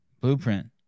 Blueprint